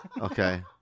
Okay